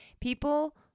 People